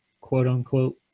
quote-unquote